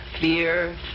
fear